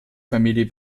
familie